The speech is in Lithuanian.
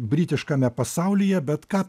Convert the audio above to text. britiškame pasaulyje bet ką